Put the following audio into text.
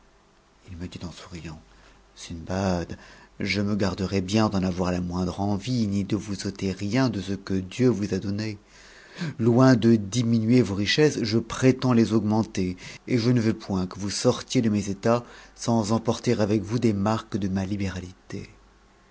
tt me dit p souriant sindbad je me garderai bien d'en avoir la moindre cui de vous ôter rien de ce que dieu vous a donné loin de diminuer vos richesses je prétends les augmenter et je ne veux point que vous sortie de mes états sans emporter avec vous des marques de ma libéralité